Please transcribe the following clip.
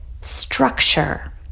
structure